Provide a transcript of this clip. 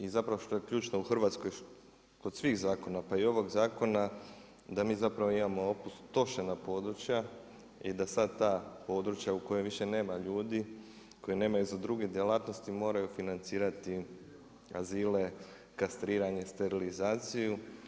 I zapravo što je ključno u Hrvatskoj kod svih zakona pa i kod ovog zakona da mi zapravo imamo opustošena područja i da sada ta područja u kojima više nema ljudi, koji nemaju za druge djelatnosti moraju financirati azile, kastriranje, sterilizaciju.